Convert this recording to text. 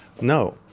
no